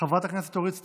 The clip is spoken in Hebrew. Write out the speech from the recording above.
חברת הכנסת אורית סטרוק,